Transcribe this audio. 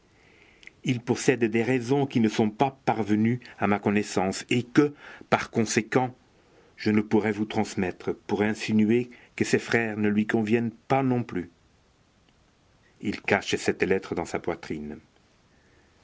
il possède des raisons qui ne sont pas parvenues à ma connaissance et que par conséquent je ne pourrais vous transmettre pour insinuer que ses frères ne lui conviennent pas non plus il cache cette lettre dans sa poitrine